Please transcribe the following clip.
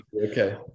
Okay